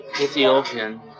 Ethiopian